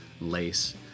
lace